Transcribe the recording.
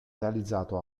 realizzato